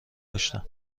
داشتم